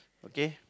okay